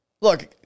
look